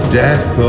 death